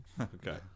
okay